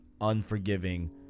unforgiving